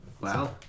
Wow